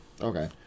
Okay